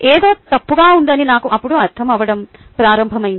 ఏదో తప్పుగా ఉందని నాకు అప్పుడు అర్ధమవడం ప్రారంభమైంది